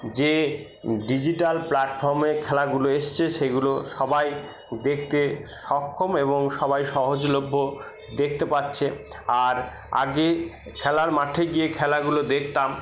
যে ডিজিটাল প্লাটফর্মে খেলাগুলো এসছে সেগুলো সবাই দেখতে সক্ষম এবং সবাই সহজলভ্য দেখতে পাচ্ছে আর আগে খেলার মাঠে গিয়ে খেলাগুলো দেখতাম